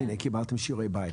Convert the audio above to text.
אז הנה, קיבלתם שיעורי בית.